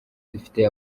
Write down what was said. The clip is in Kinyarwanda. dufite